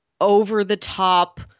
over-the-top